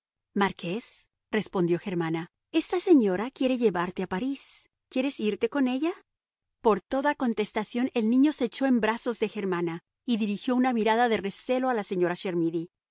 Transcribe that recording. mamá marqués respondió germana esta señora quiere llevarte a parís quieres irte con ella por toda contestación el niño se echó en brazos de germana y dirigió una mirada de recelo a la señora